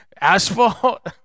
Asphalt